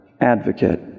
advocate